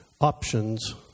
options